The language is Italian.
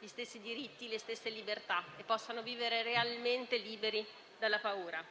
gli stessi diritti e le stesse libertà e possano vivere realmente liberi dalla paura.